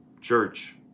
church